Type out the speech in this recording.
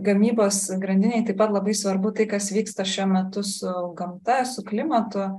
gamybos grandinėj taip pat labai svarbu tai kas vyksta šiuo metu su gamta su klimatu